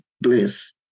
bliss